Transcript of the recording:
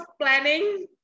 planning